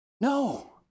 No